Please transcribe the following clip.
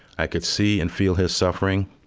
i could see and feel his suffering,